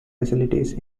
facilities